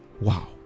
Wow